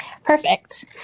Perfect